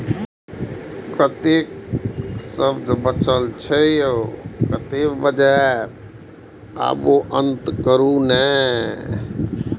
मुर्गी पालन के लिए केना करी जे वोकर पालन नीक से भेल जाय?